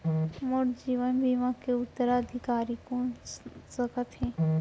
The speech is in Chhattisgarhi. मोर जीवन बीमा के उत्तराधिकारी कोन सकत हे?